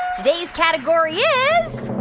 today's category is.